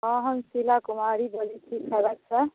हँ हम शीला कुमारी बजै छी खड़रख सऽ